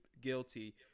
guilty